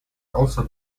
also